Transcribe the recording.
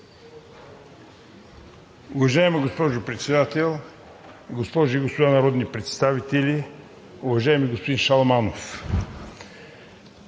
Уважаема госпожо Председател, госпожи и господа народни представители! Уважаеми господин Али!